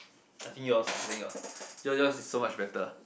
I think yours lah I think yours yours yours is so much better